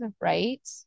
right